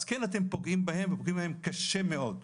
אז כן, אתם פוגעים בהם ואתם פוגעים בהם קשה מאוד.